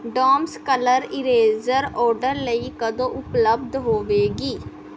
Doms coloured eraser order ਲਈ ਕਦੋਂ ਉਪਲਬਧ ਹੋਵੇਗੀ